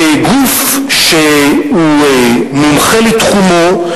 בגוף שהוא מומחה לתחומו,